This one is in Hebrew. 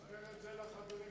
תספר את זה לחברים,